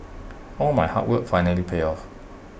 all my hard work finally paid off